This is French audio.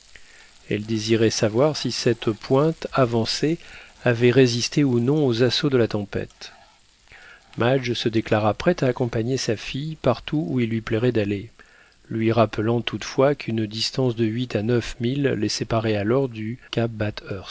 elle désirait savoir si cette pointe avancée avait résisté ou non aux assauts de la tempête madge se déclara prête à accompagner sa fille partout où il lui plairait d'aller lui rappelant toutefois qu'une distance de huit à neuf milles les séparait alors du cap